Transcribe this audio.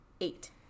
Eight